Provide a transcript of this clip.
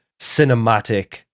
cinematic